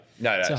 No